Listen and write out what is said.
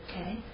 Okay